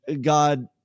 God